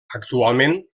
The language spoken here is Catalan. actualment